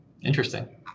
Interesting